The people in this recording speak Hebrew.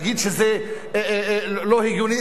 להגיד שזה לא הגיוני,